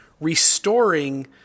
restoring